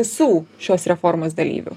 visų šios reformos dalyvių